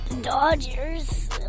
Dodgers